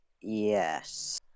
Yes